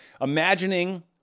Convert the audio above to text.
imagining